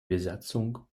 besatzung